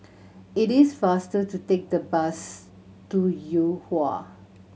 it is faster to take the bus to Yuhua